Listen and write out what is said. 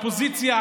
אופוזיציה,